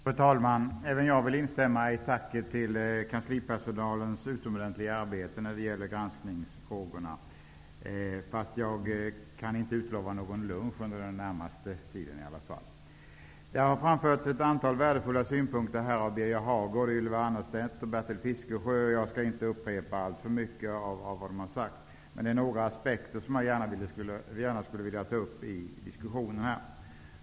Fru talman! Även jag vill instämma i tacket till kanslipersonalen för dess utomordentliga arbete när det gäller granskningsfrågorna. Fast jag kan inte utlova någon lunch under den närmaste tiden i alla fall. Det har framförts ett antal värdefulla synpunkter av Fiskesjö, och jag skall inte upprepa alltför mycket av vad de har sagt. Men det är några aspekter som jag gärna skulle vilja ta upp i diskussionen här.